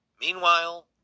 Meanwhile